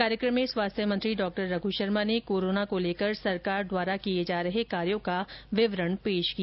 कार्यक्रम में स्वास्थ्य मंत्री डॉ रघू शर्मा ने कोरोना को लेकर सरकार द्वारा किए जा रहे कार्यों का विवरण पेश किया